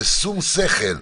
בשום שכל,